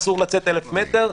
אסור לצאת ליותר מ-1,000 מטר,